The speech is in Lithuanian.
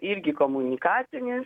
irgi komunikacinis